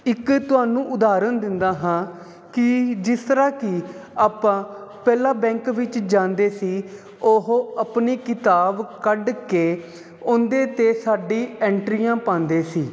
ਇੱਕ ਤੁਹਾਨੂੰ ਉਦਾਹਰਣ ਦਿੰਦਾ ਹਾਂ ਕਿ ਜਿਸ ਤਰ੍ਹਾਂ ਕਿ ਆਪਾਂ ਪਹਿਲਾਂ ਬੈਂਕ ਵਿੱਚ ਜਾਂਦੇ ਸੀ ਉਹ ਆਪਣੀ ਕਿਤਾਬ ਕੱਢ ਕੇ ਉਹਦੇ 'ਤੇ ਸਾਡੀ ਐਂਟਰੀਆਂ ਪਾਉਂਦੇ ਸੀ